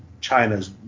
China's